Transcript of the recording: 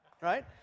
right